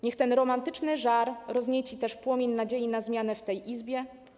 Niech ten romantyczny żar roznieci też płomień nadziei na zmianę w tej Izbie.